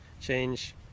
change